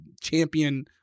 champion